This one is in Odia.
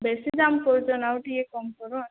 ବେଶୀ ଦାମ୍ କହୁଛନ ଆଉ ଟିକିଏ କମ କର